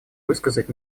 высказать